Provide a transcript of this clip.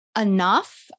enough